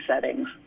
settings